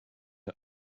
are